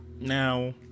now